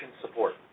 support